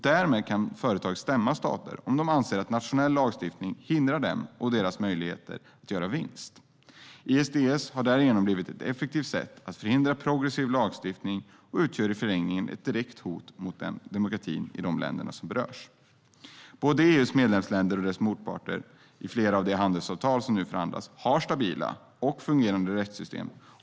Därmed kan företag stämma stater om de anser att nationella lagstiftningar hindrar dem och deras möjligheter att göra vinst. ISDS har därigenom blivit ett effektivt sätt att förhindra progressiv lagstiftning och utgör i förlängningen ett direkt hot mot demokratin i de länder som berörs. Både EU:s medlemsländer och dess motparter i flera av de handelsavtal som nu förhandlas har stabila och fungerande rättssystem.